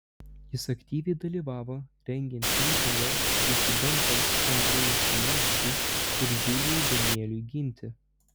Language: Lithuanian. jis aktyviai dalyvavo rengiant mitingą disidentams andrejui siniavskiui ir julijui danieliui ginti